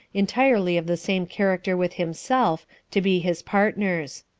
entirely of the same character with himself, to be his partners.